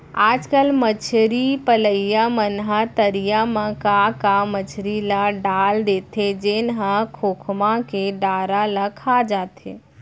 आजकल मछरी पलइया मन ह तरिया म का का मछरी ल डाल देथे जेन ह खोखमा के डारा ल खा जाथे